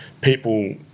people